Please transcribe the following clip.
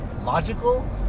logical